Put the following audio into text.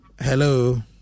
Hello